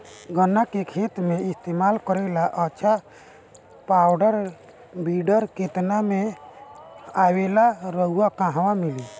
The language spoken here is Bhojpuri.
गन्ना के खेत में इस्तेमाल करेला अच्छा पावल वीडर केतना में आवेला अउर कहवा मिली?